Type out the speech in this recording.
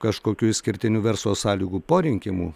kažkokių išskirtinių verslo sąlygų po rinkimų